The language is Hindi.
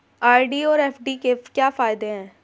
आर.डी और एफ.डी के क्या फायदे हैं?